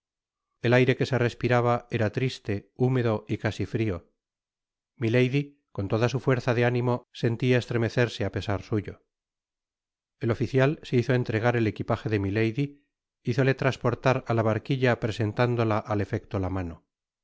el aire que se respiraba era triste húmedo y casi frio milady con toda su fortaleza de ánimo sentia estremecerse á pesar suyo el oficial se hizo entregar el equipaje de milady hizole transportar á la barquilla presentándola al efecto la mano